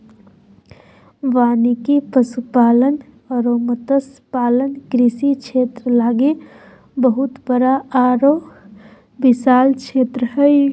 वानिकी, पशुपालन अरो मत्स्य पालन कृषि क्षेत्र लागी बहुत बड़ा आरो विशाल क्षेत्र हइ